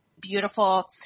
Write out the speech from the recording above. beautiful